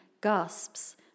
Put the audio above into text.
gasps